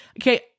Okay